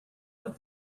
out